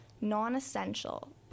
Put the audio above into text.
non-essential